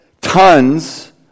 tons